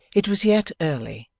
it was yet early,